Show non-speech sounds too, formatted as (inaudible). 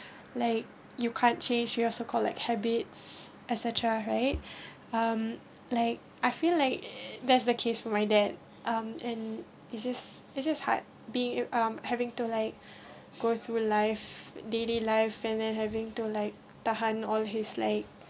like you can't change your so called like habits etcetera right (breath) um like I feel like that's the case for my dad um and it's just it's just hard being um having to like (breath) goes real life daily life and then having to like tahan all his like